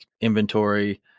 inventory